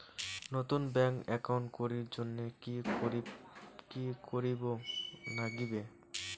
নতুন bank account করির জন্যে কি করিব নাগিবে?